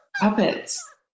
puppets